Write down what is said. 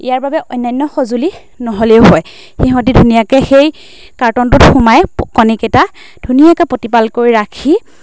ইয়াৰ বাবে অন্যান্য সঁজুলি নহ'লেও হয় সিহঁতে ধুনীয়াকৈ সেই কাৰ্টনটোত সোমাই কণীকেইটা ধুনীয়াকৈ প্ৰতিপাল কৰি ৰাখি